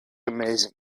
amazing